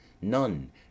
none